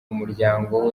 umuryango